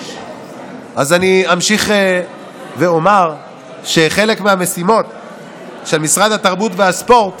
אז אני אמשיך ואומר שחלק מהמשימות של משרד התרבות והספורט